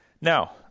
Now